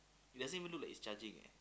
it doesn't even look like it's charging eh